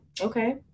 okay